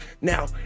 Now